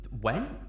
When